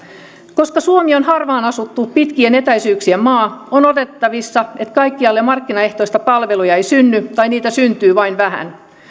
koska suomi on harvaan asuttu pitkien etäisyyksien maa on odotettavissa että kaikkialle markkinaehtoisia palveluja ei synny tai niitä syntyy vain vähän